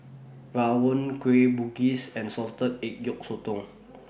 Rawon Kueh Bugis and Salted Egg Yolk Sotong